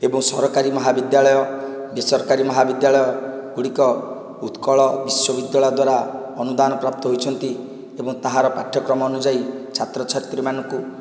ଏବଂ ସରକାରୀ ମହାବିଦ୍ୟାଳୟ ବେସରକାରୀ ମହାବିଦ୍ୟାଳୟ ଗୁଡ଼ିକ ଉତ୍କଳ ବିଶ୍ୱବିଦ୍ୟାଳୟ ଦ୍ୱାରା ଅନୁଦାନ ପ୍ରାପ୍ତ ହୋଇଛନ୍ତି ଏବଂ ତାହାର ପାଠ୍ୟକ୍ରମ ଅନୁଯାଇ ଛାତ୍ରଛାତ୍ରୀ ମାନଙ୍କୁ